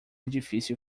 difícil